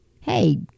hey